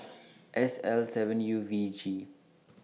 S L seven U V G